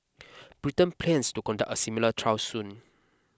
Britain plans to conduct a similar trial soon